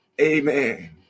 amen